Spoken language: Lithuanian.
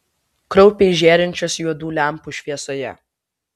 kraupiai žėrinčios juodų lempų šviesoje